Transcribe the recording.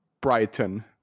Brighton